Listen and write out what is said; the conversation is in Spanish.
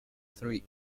three